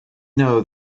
know